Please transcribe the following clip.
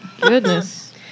goodness